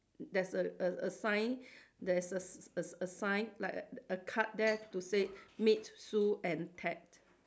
there's a a a sign there's a s~ a s~ a s~ sign like a a card there to say meet Sue and Ted